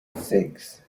six